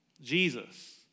Jesus